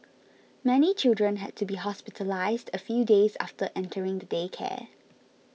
many children had to be hospitalised a few days after entering the daycare